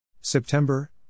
September